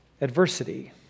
Adversity